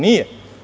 Nije.